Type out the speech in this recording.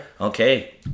Okay